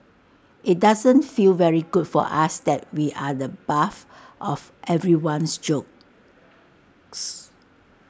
IT doesn't feel very good for us that we're the buff of everyone's jokes